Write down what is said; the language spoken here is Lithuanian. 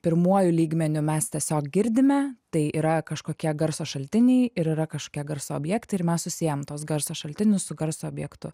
pirmuoju lygmeniu mes tiesiog girdime tai yra kažkokie garso šaltiniai ir yra kažkie garso objektai ir mes susiejam tuos garso šaltinius su garso objektu